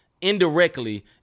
indirectly